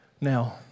Now